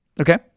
Okay